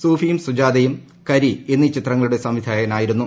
സൂഫിയും സുജാതയും കരി എന്നീ ചിത്രങ്ങളുടെ സംവിധായകൻ ആയിരുന്നു